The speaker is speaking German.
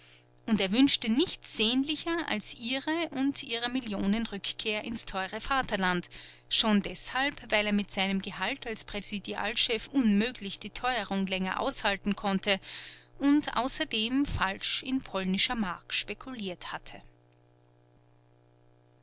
und er wünschte nichts sehnlicher als ihre und ihrer millionen rückkehr ins teure vaterland schon deshalb weil er mit seinem gehalt als präsidialchef unmöglich die teuerung länger aushalten konnte und außerdem falsch in polnischer mark spekuliert hatte